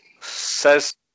Says